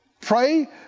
Pray